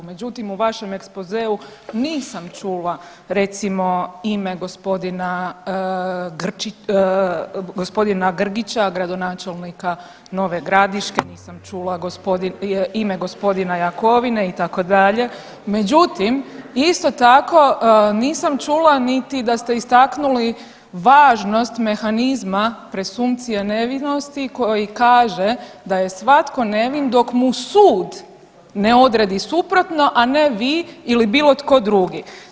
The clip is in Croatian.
Međutim, u vašem ekspozeu nisam čula recimo ime gospodina Grčić, gospodina Grgića gradonačelnika Nove Gradiške, nisam čula gospodina, ime gospodina Jakovine itd., međutim isto tako nisam čula niti da ste istaknuli važnost mehanizma presumpcije nevinosti koji kaže da je svatko nevin dok mu sud ne odredi suprotno, a ne vi ili bilo tko drugi.